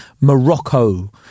Morocco